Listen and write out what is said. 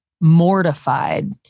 mortified